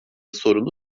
sorunu